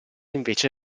invece